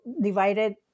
divided